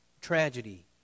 tragedy